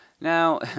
Now